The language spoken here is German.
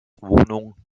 wohnung